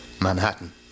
Manhattan